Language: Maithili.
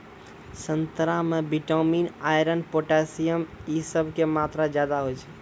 संतरा मे विटामिन, आयरन, पोटेशियम इ सभ के मात्रा ज्यादा होय छै